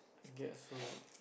I guess so